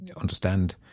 understand